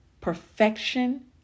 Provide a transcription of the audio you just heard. perfection